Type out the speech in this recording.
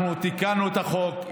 אנחנו תיקנו את החוק,